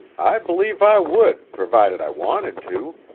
i b'lieve i would, provided i wanted to,